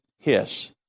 Hiss